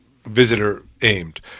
visitor-aimed